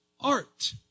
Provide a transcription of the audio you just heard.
art